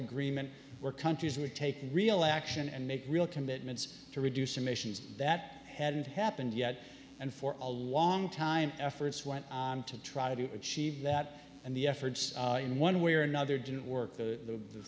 agreement where countries would take real action and make real commitments to reduce emissions that hadn't happened yet and for a long time efforts went on to try to achieve that and the efforts in one way or another didn't work the